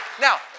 Now